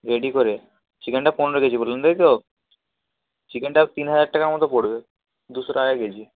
ready করে চিকেনটা পনেরো কেজি বললেন তাই তো চিকেনটা তিন হাজার টাকার মতো পড়বে দুশো টাকা কেজি